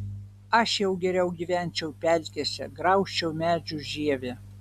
aš jau geriau gyvenčiau pelkėse graužčiau medžių žievę